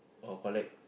or collect